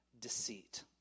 Deceit